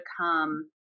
come